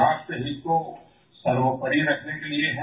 राष्ट्रहित को सर्वोपरि रखने के लिए है